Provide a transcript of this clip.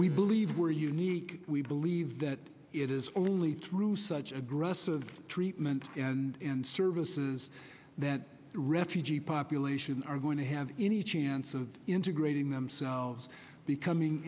we believe are unique we believe that it is only through such aggressive treatment and services that refugee population are going to have any chance of integrating